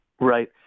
Right